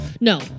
No